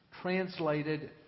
translated